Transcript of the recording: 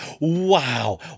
wow